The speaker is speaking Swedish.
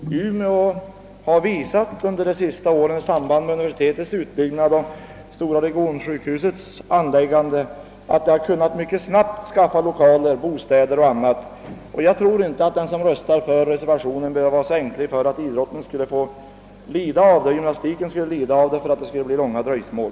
I Umeå har man under de senaste åren i samband med utbyggandet av universitetet och anläggandet av det stora regionsjukhuset visat, att man snabbt kan skaffa fram bostäder och de övriga serviceanordningar som erfordras. Jag tror inte att den som röstar för reservationen behöver vara så ängslig för att gymnastikoch idrottslärarutbildningen vid ett bifall till reservationen skulle behöva lida till följd av något större dröjsmål.